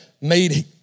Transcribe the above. made